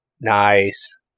Nice